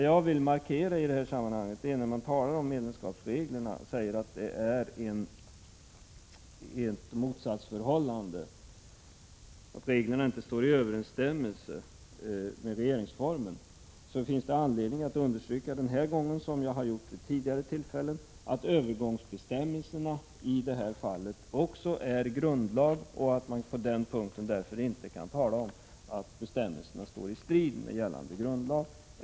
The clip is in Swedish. När man säger att det rör sig om ett motsatsförhållande och att medlemskapsreglerna inte står i överensstämmelse med regeringsformen, finns det anledning att understryka — och det har jag också gjort vid tidigare tillfällen — att övergångsbestämmelserna i detta fall också är grundlag. Här kan man alltså inte tala om att bestämmelserna står i strid med gällande grundlag.